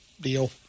deal